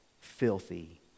filthy